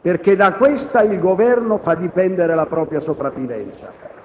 perché da questa il Governo fa dipendere la propria sopravvivenza.